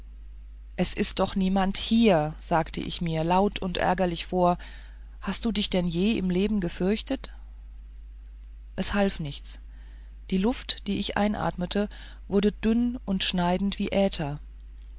es ist doch niemand hier sagte ich mir laut und ärgerlich vor hast du dich denn je im leben gefürchtet es half nichts die luft die ich einatmete wurde dünn und schneidend wie äther